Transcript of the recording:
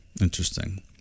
Interesting